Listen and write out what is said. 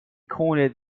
coined